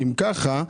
אם ככה,